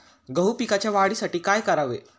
गहू पिकाच्या वाढीसाठी काय करावे?